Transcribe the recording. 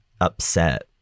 upset